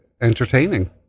entertaining